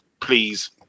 please